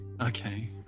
Okay